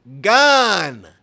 gone